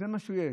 זה מה שיש.